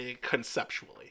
conceptually